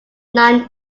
nine